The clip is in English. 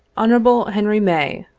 hon. henry may,